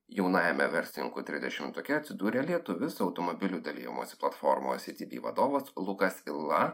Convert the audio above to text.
jaunajame verslininkų trisdešimtuke atsidūrė lietuvis automobilių dalijimosi platformos city bee vadovas lukas yla